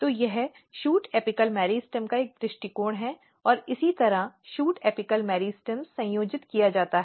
तो यह shoot apical meristem का एक दृष्टिकोण है और इसी तरह शूट एपिकल मेरिस्टेम संयोजित किया जाता है